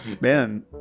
Man